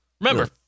Remember